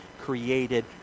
created